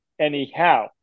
anyhow